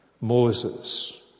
Moses